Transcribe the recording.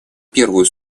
первую